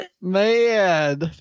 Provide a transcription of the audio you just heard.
Man